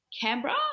Canberra